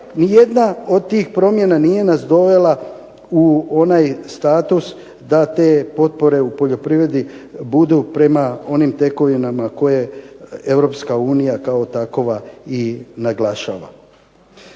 nijedna od tih promjena nije nas dovela u onaj status da te potpore u poljoprivredi budu prema onim tekovinama koje Europska unija kao takova i naglašava.